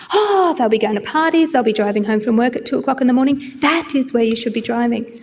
oh, they'll be going to parties, they'll be driving home from work at two o'clock in the morning. that is where you should be driving.